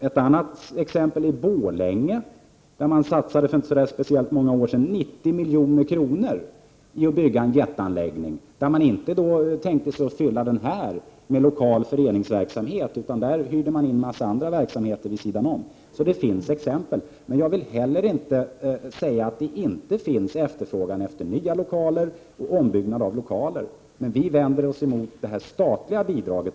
Ett annat exempel är Borlänge, där kommunen för några år sedan satsade 90 milj.kr. på en jätteanläggning som kommunen inte tänkte använda till lokal föreningsverksamhet, utan kommunen hyrde in annan verksamhet. Det finns alltså exempel. Jag vill emellertid inte säga att det inte finns efterfrågan på nya lokaler och behov av ombyggnad av lokaler, men vi vänder oss mot det statliga bidraget.